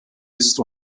ist